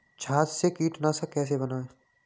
छाछ से कीटनाशक कैसे बनाएँ?